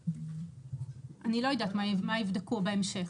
אני לא יודעת מה יבדקו בהמשך,